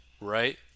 right